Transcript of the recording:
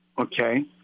Okay